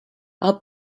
are